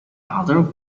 other